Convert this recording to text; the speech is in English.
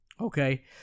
Okay